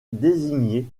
désigné